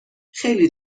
خیلی